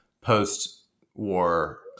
post-war